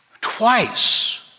Twice